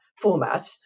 format